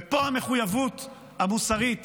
ופה המחויבות המוסרית